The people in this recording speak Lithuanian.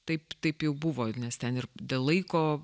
taip taip jau buvo nes ten ir dėl laiko